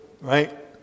right